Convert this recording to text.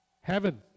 heaven